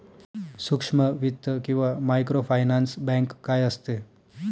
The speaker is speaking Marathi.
सूक्ष्म वित्त किंवा मायक्रोफायनान्स बँक काय असते?